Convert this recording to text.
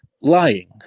lying